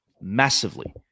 massively